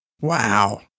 Wow